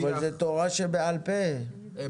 אבל זו תורה שבעל פה יוראי,